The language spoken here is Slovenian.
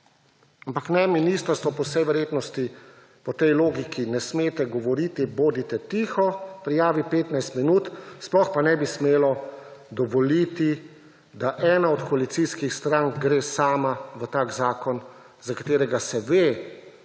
Ampak ne, ministrstvo - po vsej verjetnosti po tej logiki ne smete govoriti, bodite tiho – prijavi 15 minut, sploh pa ne bi smelo dovoliti, da ena od koalicijskih strank gre sama v tak zakon, za katerega se ve,